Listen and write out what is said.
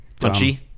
punchy